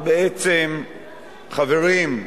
חברים,